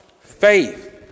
Faith